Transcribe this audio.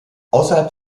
außerhalb